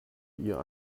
ihr